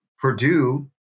Purdue